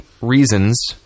reasons